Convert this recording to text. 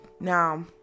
now